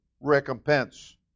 recompense